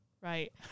right